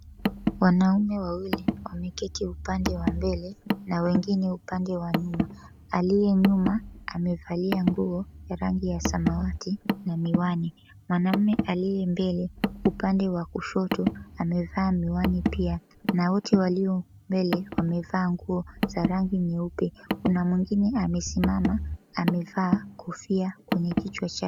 Wanaume wawili wameketi upande wa mbele na wengine upande wa nyuma. Aliye nyuma amevalia nguo ya rangi ya samawati na miwani. Mwanaume aliye mbele, upande wa kushoto, amevaa miwani pia, na wote walio mbele wamevaa nguo za rangi nyeupe. Kuna mwingine amesimama amevaa kofia kwenye kichwa chake.